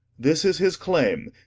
this is his clayme,